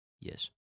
Yes